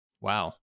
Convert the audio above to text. Wow